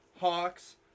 Hawks